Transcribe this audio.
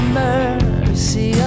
mercy